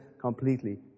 completely